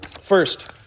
First